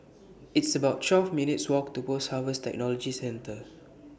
It's about twelve minutes' Walk to Post Harvest Technology Center